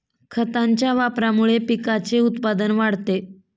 खतांच्या वापरामुळे पिकाचे उत्पादन वाढते